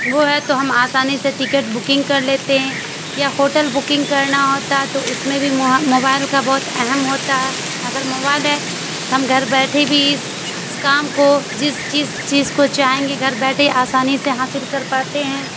وہ ہے تو ہم آسانی سے ٹکٹ بکنگ کر لیتے ہیں یا ہوٹل بکنگ کرنا ہوتا ہے تو اس میں بھی موبائل کا بہت اہم ہوتا ہے اگر موبائل ہے تو ہم گھر بیٹھے بھی اس کام کو جس جس چیز کو چاہیں گے گھر بیٹھے آسانی سے حاصل کر پاتے ہیں